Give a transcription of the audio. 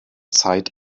zeit